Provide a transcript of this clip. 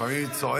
לפעמים היא צועקת.